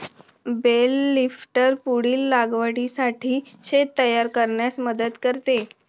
bell lifter पुढील लागवडीसाठी शेत तयार करण्यास मदत करते